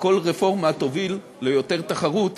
שכל רפורמה תוביל ליותר תחרות